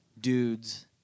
dudes